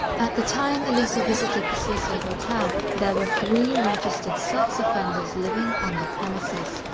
at the time elisa visited the cecil hotel, there were three registered sex offenders living on the premises,